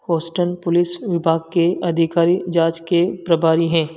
होस्टन police विभाग के अधिकारी जाँच के प्रभारी हैं